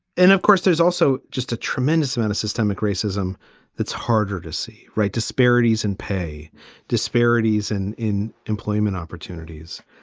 and of course, there's also just a tremendous amount of systemic racism that's harder to see, right, disparities in pay disparities and in employment opportunities.